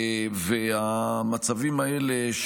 והמצבים האלה,